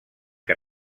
que